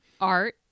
Art